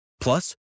Plus